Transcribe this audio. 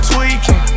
Tweaking